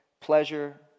pleasure